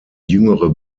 jüngere